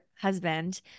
husband